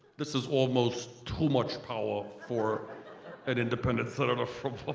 this is almost too much power for an independent sort of ah